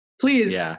Please